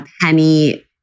penny